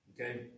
okay